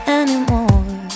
anymore